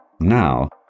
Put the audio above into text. Now